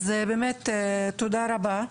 אז באמת תודה רבה,